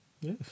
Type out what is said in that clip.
Yes